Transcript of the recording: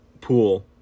pool